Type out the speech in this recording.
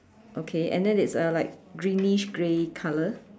okay and then it's a like greenish grey color